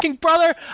brother